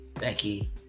Becky